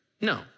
No